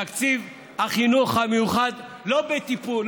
תקציב החינוך המיוחד לא בטיפול,